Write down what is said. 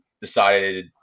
decided